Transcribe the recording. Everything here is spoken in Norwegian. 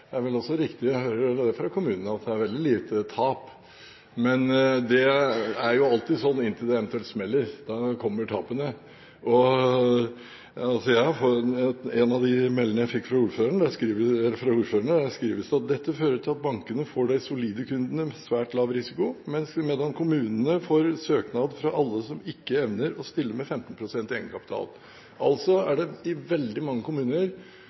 alltid slik inntil det eventuelt smeller – da kommer tapene. I en av de mailene jeg fikk fra ordførerne, skrives det at dette vil føre til at bankene får de solide kundene med svært lav risiko, mens kommunene får søknader fra alle som ikke evner å stille med 15 pst. egenkapital. I veldig mange kommuner oppfatter man altså at dette er en måte å komme rundt kravet om egenkapital på. Igjen: Jeg mener at da har man i